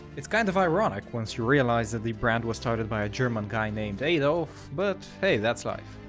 it's kind of ironic once you realize that the brand was started by a german guy named adolf, but hey, that's life.